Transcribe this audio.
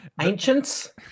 Ancients